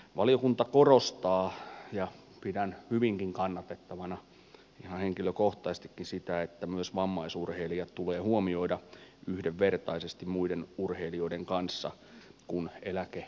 valiokunta korostaa ja pidän hyvinkin kannatettavana ihan henkilökohtaisestikin sitä että myös vammaisurheilijat tulee huomioida yhdenvertaisesti muiden urheilijoiden kanssa kun eläkepäätöstä harkitaan